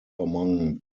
among